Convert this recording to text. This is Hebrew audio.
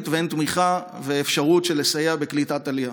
והן של תמיכה ואפשרות לסייע בקליטת עלייה.